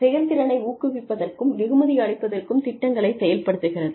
செயல்திறனை ஊக்குவிப்பதற்கும் வெகுமதி அளிப்பதற்கும் திட்டங்களை செயல்படுத்துகிறது